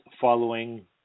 following